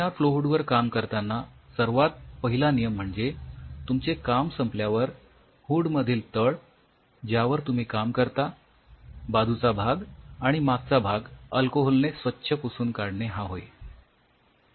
laminar flow hood वर काम करतांना सर्वात पहिला नियम म्हणजे तुमचे काम संपल्यावर हुडमधील तळ ज्यावर तुम्ही काम करता बाजूच्या भाग आणि मागचा भाग अल्कोहोल ने स्वच्छ पुसून काढणे हा होय